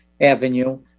avenue